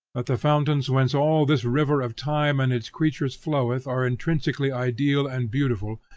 that the fountains whence all this river of time and its creatures floweth are intrinsically ideal and beautiful,